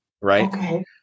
right